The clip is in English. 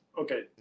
Okay